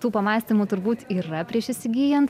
tų pamąstymų turbūt yra prieš įsigyjant